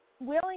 willing